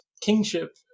Kingship